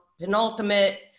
penultimate